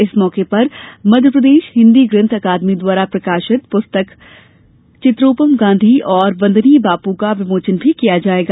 इस मौके पर मध्यप्रदेश हिन्दी ग्रन्थ अकादमी द्वारा प्रकाशित पुस्तक चित्रोपम गांधी और वंदनीय बापू का विमोचन भी किया जायेगा